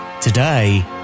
Today